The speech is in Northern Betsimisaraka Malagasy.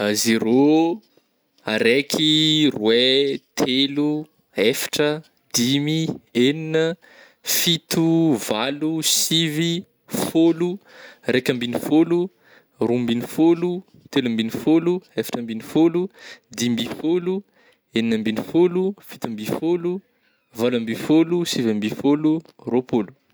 Ah zero, araiky, roe, telo, eftra, dimy, enina, fito, valo, sivy, fôlo, raika ambin'ny fôlo, roa ambin'ny fôlo, telo ambin'ny fôlo, eftra ambin'ny fôlo, di- mby fôlo, enina ambin'ny fôlo, fito amby fôlo, valo amby fôlo, siby amby fôlo, rôpolo.